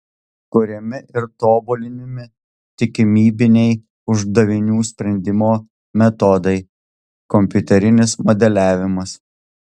kuriami ir tobulinami tikimybiniai uždavinių sprendimo metodai kompiuterinis modeliavimas